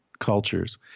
Cultures